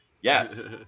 Yes